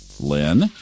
Lynn